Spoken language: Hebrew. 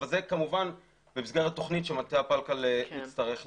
זה במסגרת תכנית שמטה הפלקל יצטרך להציג.